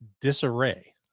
disarray